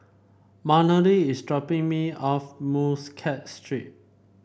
Melony is dropping me off Muscat Street